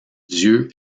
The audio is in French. dieu